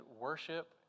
worship